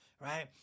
right